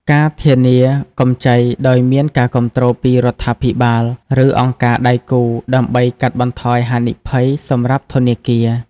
ការធានាកម្ចី ដោយមានការគាំទ្រពីរដ្ឋាភិបាល ឬអង្គការដៃគូ ដើម្បីកាត់បន្ថយហានិភ័យសម្រាប់ធនាគារ ។